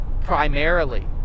primarily